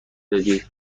دادی